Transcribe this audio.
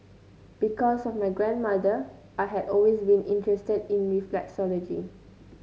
because of my grandmother I had always been interested in reflexology